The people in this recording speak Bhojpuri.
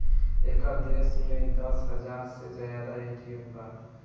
एकर देश में दस हाजार से जादा ए.टी.एम बा